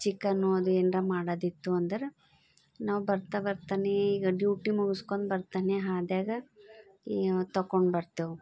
chicken ಅದೇನಾರ ಮಾಡೋದಿತ್ತು ಅಂದ್ರೆ ನಾವು ಬರ್ತ ಬರ್ತಾನೇ ಈಗ ಡ್ಯುಟಿ ಮುಗ್ಸ್ಕೊಂಡು ಬರ್ತಾನೆ ಹಾದಿಯಾಗ ಇವು ತಗೊಂಡ್ಬರ್ತೇವೆ